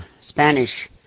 Spanish